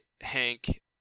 Hank